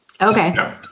Okay